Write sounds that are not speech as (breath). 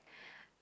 (breath)